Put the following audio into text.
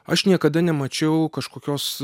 aš niekada nemačiau kažkokios